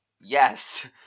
Yes